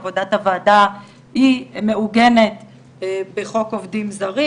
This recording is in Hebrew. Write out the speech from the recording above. עבודת הוועדה מעוגנת בחוק הכניסה לישראל,